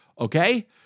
okay